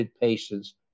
patients